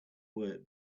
work